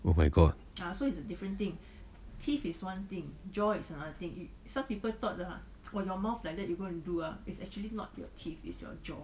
oh my god